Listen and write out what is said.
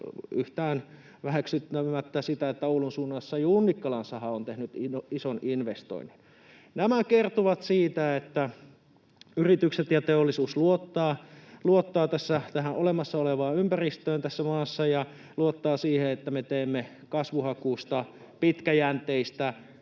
yhtään väheksymättä sitä, että Oulun suunnassa Junnikkalan saha on tehnyt ison investoinnin. Nämä kertovat siitä, että yritykset ja teollisuus luottavat tähän olemassa olevaan ympäristöön tässä maassa ja luottavat siihen, että me teemme kasvuhakuista, pitkäjänteistä,